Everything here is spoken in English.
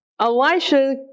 Elisha